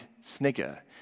snigger